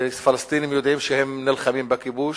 הפלסטינים יודעים שהם נלחמים בכיבוש,